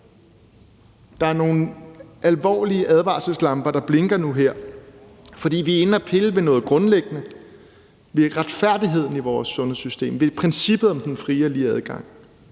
Der er nogle advarselslamper, der blinker kraftigt nu og her, for vi er inde at pille ved noget grundlæggende, nemlig ved retfærdigheden i vores sundhedssystem og ved princippet om den frie og lige adgang.